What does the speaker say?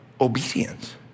obedience